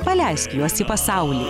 paleisk juos į pasaulį